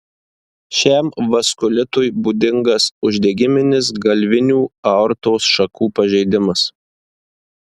šiam vaskulitui būdingas uždegiminis galvinių aortos šakų pažeidimas